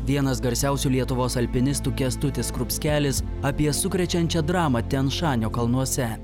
vienas garsiausių lietuvos alpinistų kęstutis skrupskelis apie sukrečiančią dramą tijan šanio kalnuose